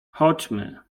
chodźmy